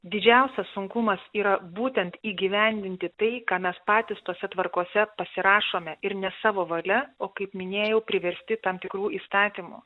didžiausias sunkumas yra būtent įgyvendinti tai ką mes patys tose tvarkose pasirašome ir ne savo valia o kaip minėjau priversti tam tikrų įstatymų